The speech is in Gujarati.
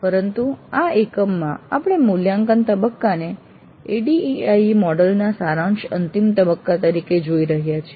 પરંતુ આ એકમમાં આપણે મૂલ્યાંકન તબક્કાને ADDIE મોડેલ ના સારાંશ અંતિમ તબક્કા તરીકે જોઈ રહ્યા છીએ